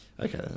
Okay